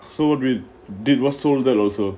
so what we did was sold that also